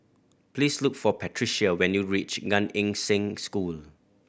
please look for Patrica when you reach Gan Eng Seng School